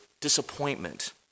disappointment